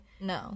no